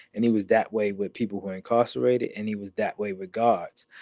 and he was that way with people who are incarcerated. and he was that way with god.